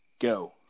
Go